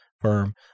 firm